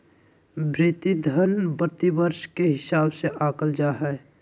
भृति धन प्रतिवर्ष के हिसाब से आँकल जा हइ